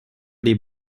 les